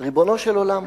ריבונו של עולם,